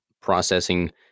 processing